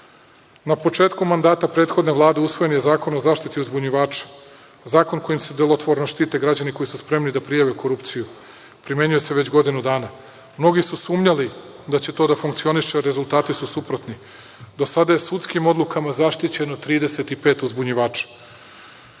početku mandata prethodne Vlade usvojen je Zakon o zaštiti uzbunjivača, Zakon kojim se delotvorno štite građani koji su spremni da prijave korupciju, primenjuje se već godinu dana. Mnogi su sumnjali da će to da funkcioniše, a rezultati su suprotni. Do sada je sudskim odlukama zaštićeno 35 uzbunjivača.